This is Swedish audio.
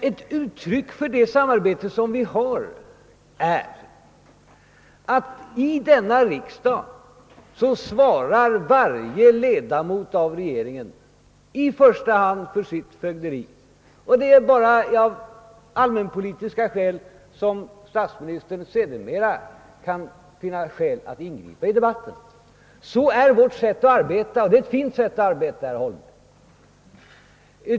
Ett uttryck för det samarbete som vi har är emellertid att varje ledamot av regeringen i första hand svarar för sitt fögderi inför riksdagen. Det är bara av allmänpolitiska skäl som statsministern i efterhand kan finna skäl att ingripa i debatten. Sådant är vårt sätt att arbeta, och det är ett bra sätt, herr Holmberg.